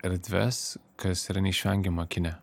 erdves kas yra neišvengiama kine